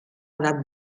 edat